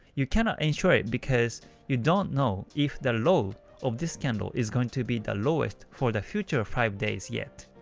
you cannot ensure it because you don't know if the low of this candle is going to be the lowest for the future five days yet.